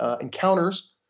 encounters